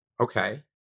okay